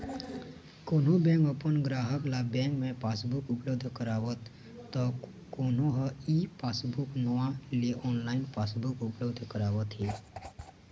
कोनो बेंक अपन गराहक ल बेंक म पासबुक उपलब्ध करावत त कोनो ह ई पासबूक नांव ले ऑनलाइन पासबुक उपलब्ध करावत हे